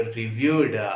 reviewed